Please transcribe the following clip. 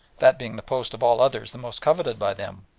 that being the post of all others the most coveted by them,